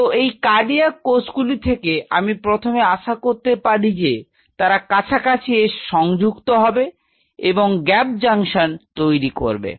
তো এই কার্ডিয়াক কোষগুলি থেকে আমি প্রথমে আশা করতে পারি যে তারা কাছাকাছি এসে সংযুক্ত হবে এবং গ্যাপ জংশন তৈরি করবে